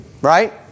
right